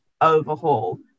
overhaul